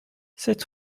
sept